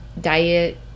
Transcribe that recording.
diet